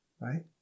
right